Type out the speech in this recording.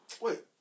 Wait